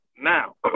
Now